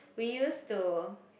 we used to